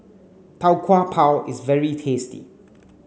Tau Kwa Pau is very tasty